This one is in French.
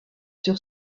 sur